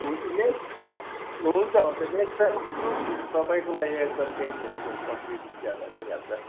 हुन्छ ल्याइस हुन्छ हुन्छ ल्याइराख्नु होस् तपाईँको लागि एकदम केही छैन त्यो कम्ती ज्यादा भइहाल्छ